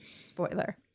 Spoiler